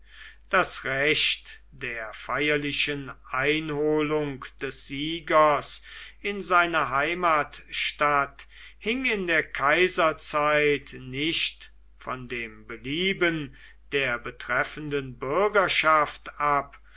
das recht der feierlichen einholung des siegers in seine heimatstadt hing in der kaiserzeit nicht von dem belieben der betreffenden bürgerschaft ab